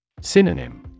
Synonym